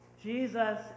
Jesus